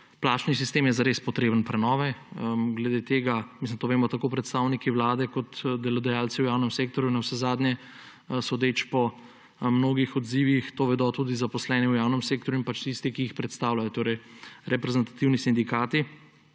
plačni sistem je zares potreben prenove. To vemo tako predstavniki Vlade kot delodajalci v javnem sektorju, sodeč po mnogih odzivih to vedo tudi zaposleni v javnem sektorju in tisti, ki jih predstavljajo, torej reprezentativni sindikati.